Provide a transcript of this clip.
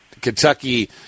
Kentucky